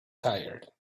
tired